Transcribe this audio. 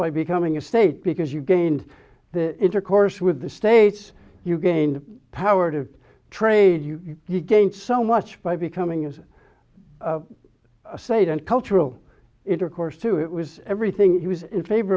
by becoming a state because you gained the intercourse with the states you gain the power to trade you gain so much by becoming is a state and cultural intercourse to it was everything he was in favor